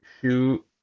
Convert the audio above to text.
shoe